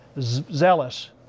zealous